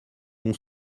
ont